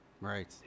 Right